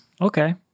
Okay